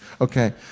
Okay